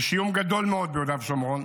יש איום גדול מאוד ביהודה ושומרון,